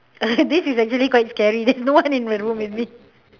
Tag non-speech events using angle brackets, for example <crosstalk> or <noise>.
<laughs> this is actually quite scary there's no one in the room with me